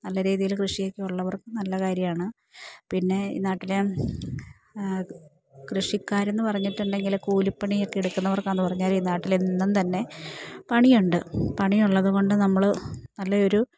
നല്ല രീതിയിൽ കൃഷിയൊക്കെ ഉള്ളവർക്ക് നല്ല കാര്യമാണ് പിന്നെ ഈ നാട്ടിലെ കൃഷിക്കാർ എന്ന് പറഞ്ഞിട്ടുണ്ടെങ്കിൽ കൂലിപ്പണിയൊക്കെ എടുക്കുന്നവർക്കാന്ന് പറഞ്ഞാലും ഈ നാട്ടിലെന്നും തന്നെ പണിയുണ്ട് പണിയുള്ളത് കൊണ്ട് നമ്മൾ നല്ലയൊരു